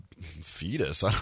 fetus